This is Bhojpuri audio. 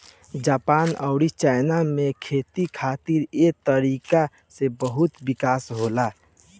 जपान अउरी चाइना में खेती खातिर ए तकनीक से खूब विकास होला